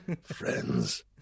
Friends